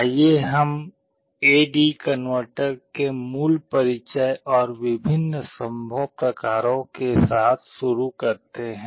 आइए हम A D converter के मूल परिचय और विभिन्न संभव प्रकारों के साथ शुरू करते हैं